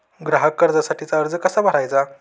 ग्राहक कर्जासाठीचा अर्ज कसा भरायचा?